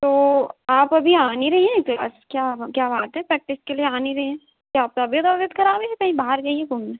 तो आप अभी आ नहीं रही हैं क्लास क्या क्या बात है प्रैक्टिस के लिए आ नहीं रही हैं क्या तबियत ओबियत खराब है या कहीं बाहर गई हैं घूमने